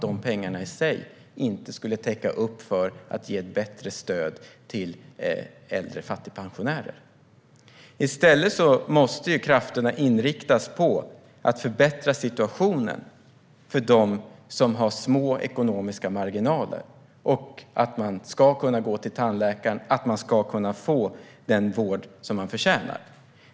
De pengarna i sig skulle inte täcka upp för att ge ett bättre stöd till äldre fattigpensionärer. I stället måste krafterna inriktas på att förbättra situationen för dem som har små ekonomiska marginaler. Man ska kunna gå till tandläkaren och kunna få den vård som man förtjänar.